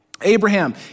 Abraham